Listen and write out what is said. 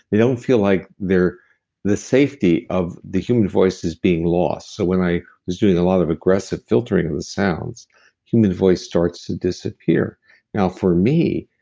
they don't feel like the safety of the human voice is being lost. so when i was doing a lot of aggressive filtering with sounds human voice starts to disappear now, for me,